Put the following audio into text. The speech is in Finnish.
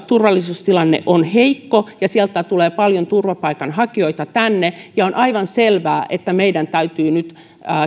turvallisuustilanne todella on heikko ja sieltä tulee paljon turvapaikanhakijoita tänne on aivan selvää että meidän täytyy nyt